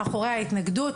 מאחורי ההתנגדות.